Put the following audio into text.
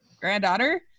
granddaughter